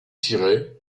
siret